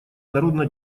народно